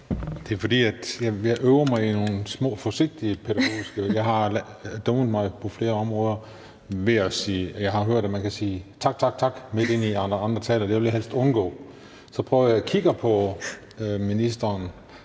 Det er, fordi jeg øver mig i nogle små forsigtige pædagogiske ting – jeg har dummet mig på flere områder. Jeg har hørt, at man kan sige tak, tak, tak, midt i at andre taler. Det vil jeg helst undgå. Så jeg prøver at kigge på ministeren,